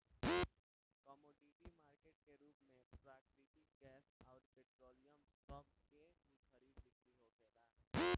commodity market के रूप में प्राकृतिक गैस अउर पेट्रोलियम सभ के भी खरीद बिक्री होखेला